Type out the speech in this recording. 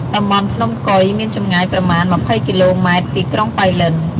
តំបន់ភ្នំកុយមានចម្ងាយប្រមាណ ២០ គីឡូ ម៉ែត្រ ពីក្រុងប៉ៃលិន។